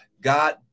God